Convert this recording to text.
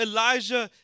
Elijah